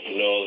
no